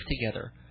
together